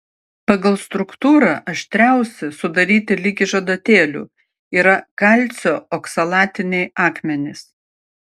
pagal struktūrą aštriausi sudaryti lyg iš adatėlių yra kalcio oksalatiniai akmenys